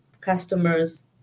customers